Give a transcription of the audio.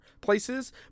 places